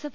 F